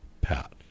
pat